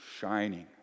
shining